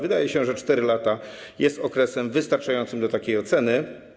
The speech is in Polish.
Wydaje się, że 4 lata jest okresem wystarczającym do takiej oceny.